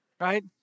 right